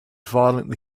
violently